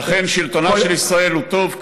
ולכן שלטונה של ישראל הוא טוב,